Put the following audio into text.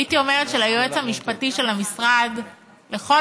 הייתי אומרת שליועץ המשפטי של המשרד לכל